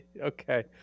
Okay